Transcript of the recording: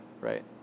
right